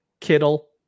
Kittle